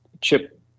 Chip